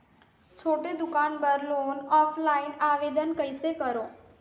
छोटे दुकान बर लोन ऑफलाइन आवेदन कइसे करो?